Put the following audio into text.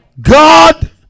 God